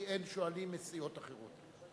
כי אין שואלים מסיעות אחרות.